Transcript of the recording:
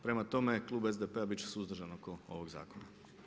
Prema tome, klub SDP-a bit će suzdržan oko ovog zakona.